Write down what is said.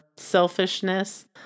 selfishness